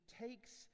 takes